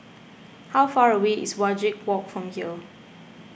how far away is Wajek Walk from here